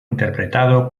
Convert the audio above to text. interpretado